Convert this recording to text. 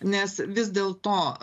nes vis dėlto